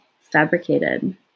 fabricated